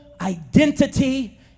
identity